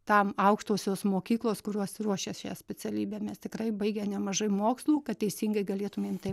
tam aukštosios mokyklos kurios ruošia šią specialybę mes tikrai baigę nemažai mokslų kad teisingai galėtumėm taip